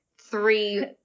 three